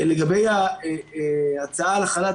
לגבי ההצעה לחל"ת,